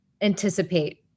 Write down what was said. anticipate